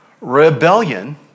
Rebellion